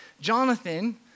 Jonathan